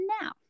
now